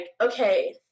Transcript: okay